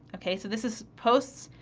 okay? so, this is posts,